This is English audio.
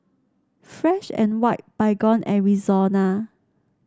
Fresh And White Baygon and Rexona